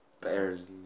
barely